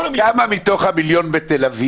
כמיליון מפגשים.